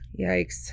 yikes